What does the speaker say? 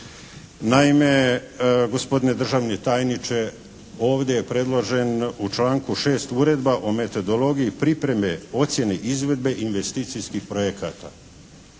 Naime, gospodine državni tajniče ovdje je predložena u članku 6. Uredba o metodologiji pripreme ocjene izvedbe investicijskih projekata.